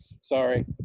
Sorry